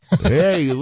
Hey